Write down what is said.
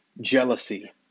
jealousy